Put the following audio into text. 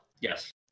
Yes